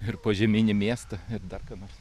ir požeminį miestą ir dar ką nors